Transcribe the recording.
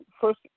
first